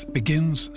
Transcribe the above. begins